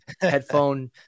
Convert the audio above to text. headphone